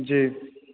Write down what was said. जी